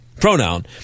pronoun